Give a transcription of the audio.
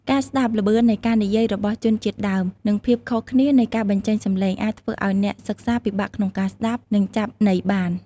ការស្តាប់ ល្បឿននៃការនិយាយរបស់ជនជាតិដើម និងភាពខុសគ្នានៃការបញ្ចេញសំឡេង អាចធ្វើឱ្យអ្នកសិក្សាពិបាកក្នុងការស្តាប់ និងចាប់ន័យបាន។